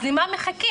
אז למה מחכים?